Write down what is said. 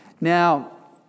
Now